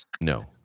no